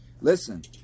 Listen